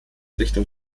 richtung